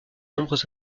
nombreuses